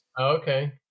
okay